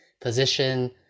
position